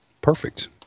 perfect